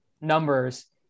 numbers